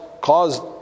caused